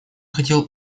хотел